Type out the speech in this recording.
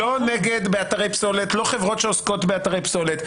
לא באתרי פסולת, לא חברות שעוסקות באתרי פסולת.